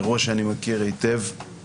אירוע שאני מכיר היטב,